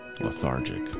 lethargic